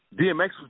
DMX